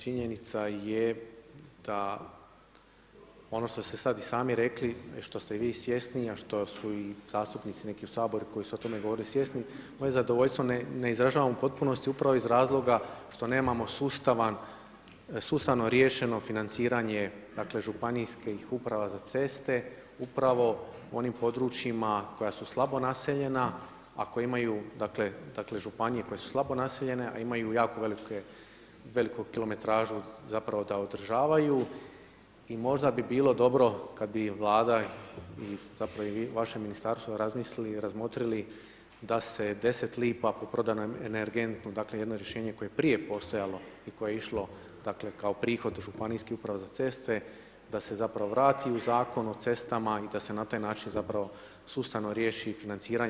Činjenica je da ono što ste sad i sami rekli i što ste i vi svjesni, a što su i zastupnici neki u saboru koji su o tome govorili svjesni, moje zadovoljstvo ne izražavamo u potpunosti upravo iz razloga što nemamo sustavno riješeno financiranje dakle, županijskih uprava za ceste, upravo u onim područjima koja su slabo naseljena, a koja imaju, dakle, županije koje su slabo naseljene, a imaju jako veliku kilometražu zapravo da održavaju i možda bi bilo dobro kad bi Vlada ili zapravo vaše Ministarstvo razmislili i razmotrili da se 10 lipa po prodanom ... dakle, jedno rješenje koje je prije postojalo i koje je išlo dakle, kao prihod u županijsku upravu za ceste, da se zapravo vrati u Zakon o cestama i da se na taj način zapravo, sustavno riješi financiranje.